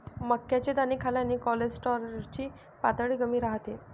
मक्याचे दाणे खाल्ल्याने कोलेस्टेरॉल ची पातळी कमी राहते